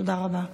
תודה רבה.